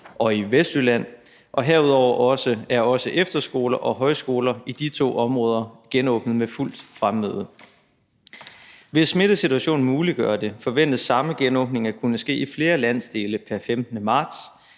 og Vestjylland, og herudover er også efterskoler og højskoler i de to områder genåbnet med fuldt fremmøde. Hvis smittesituation muliggør det, forventes samme genåbning at kunne ske i flere landsdele pr. 15. marts.